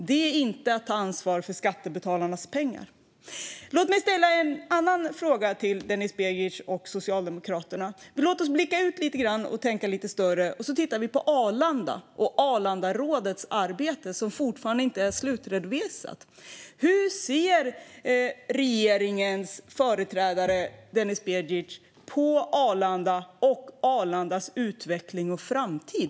Det är inte att ta ansvar för skattebetalarnas pengar. Låt mig ställa en annan fråga till Denis Begic och Socialdemokraterna. Men låt oss först blicka ut lite grann, tänka lite större och titta på Arlanda och Arlandarådets arbete, som fortfarande inte är slutredovisat. Hur ser regeringens företrädare Denis Begic på Arlanda och Arlandas utveckling och framtid?